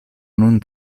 nun